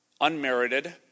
unmerited